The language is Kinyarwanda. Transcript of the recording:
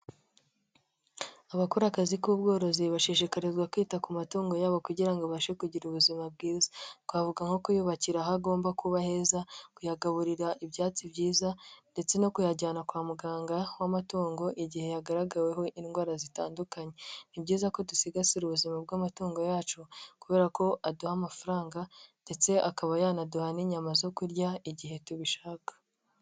Abakora akazi k'ubworozi bashishikarizwa kwita ku matungo yabo kugira ngo abashe kugira ubuzima bwiza, twavuga nko kuyubakira aho agomba kuba heza, kuyagaburira ibyatsi byiza ndetse no kuyajyana kwa muganga w'amatungo igihe hagaragaweho indwara zitandukanye; ni byiza ko dusigasira ubuzima bw'amatungo yacu kubera ko aduha amafaranga ndetse akaba yanaduha n'inyama zo kurya igihe tubishaka.